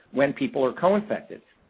when people are co-infected?